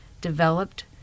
developed